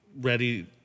ready